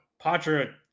Patra